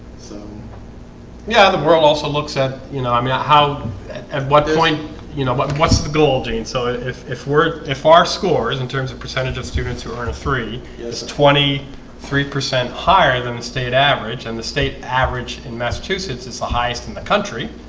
so yeah, the world also looks at you no, i mean how and what point you know, but what's the goal gene so if if we're if our scores in terms of percentage of students who earn a three is twenty three percent higher than the state average and the state average in massachusetts is the highest in and the country.